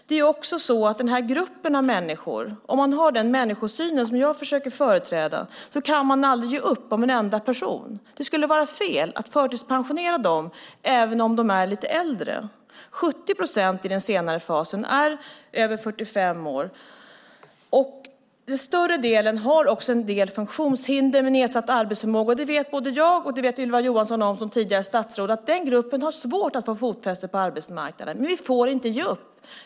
Det är också så, när det gäller den här gruppen av människor, att man, om man har den människosyn som jag försöker företräda, aldrig kan ge upp om en enda person. Det skulle vara fel att förtidspensionera dem, även om de är lite äldre. 70 procent i den senare fasen är över 45 år. Större delen av dem har också en del funktionshinder och nedsatt arbetsförmåga. Både jag och Ylva Johansson, som tidigare var statsråd, vet att den gruppen har svårt att få fotfäste på arbetsmarknaden. Men vi får inte ge upp.